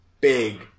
big